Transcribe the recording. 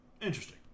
Interesting